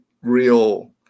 real